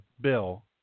bill